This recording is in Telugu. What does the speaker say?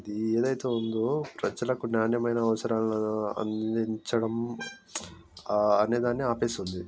ఇది ఏదైతే ఉందో ప్రజలకు నాణ్యమైన అవసరాలను అందించడం అనేదాన్ని ఆపేసింది